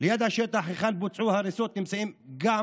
ליד השטח היכן שבוצעו ההריסות נמצאים גם